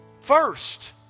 First